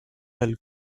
del